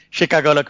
Chicago